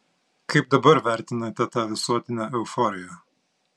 kaip dabar vertinate tą visuotinę euforiją